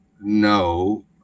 no